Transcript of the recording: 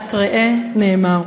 בפרשת ראה, נאמר: